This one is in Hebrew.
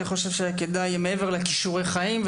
אני חושב שכדאי מעבר לכישורי חיים,